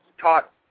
taught